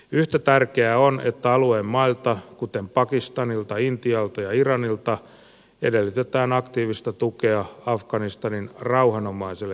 yhtä tärkeää on että alueen mailta kuten pakistanilta intialta ja iranilta edellytetään aktiivista tukea afganistanin rauhanomaiselle kehitykselle